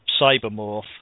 Cybermorph